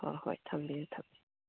ꯍꯣꯏ ꯍꯣꯏ ꯊꯝꯕꯤꯎ ꯊꯝꯕꯤꯎ